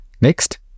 Next